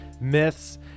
myths